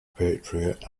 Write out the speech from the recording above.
patriot